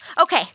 okay